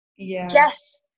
Yes